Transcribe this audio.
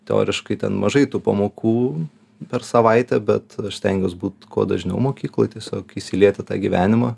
teoriškai ten mažai tų pamokų per savaitę bet aš stengiuos būt kuo dažniau mokykloj tiesiog įsiliet į tą gyvenimą